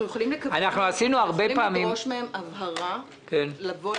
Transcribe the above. אנחנו יכולים לדרוש מהם הבהרה לגבי